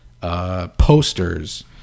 posters